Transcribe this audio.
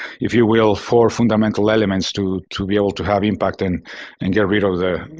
if you will, four fundamental elements to to be able to have impact and and get rid of the